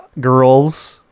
girls